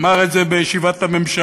אמר את זה בישיבת הממשלה.